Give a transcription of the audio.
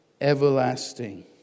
everlasting